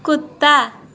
कुत्ता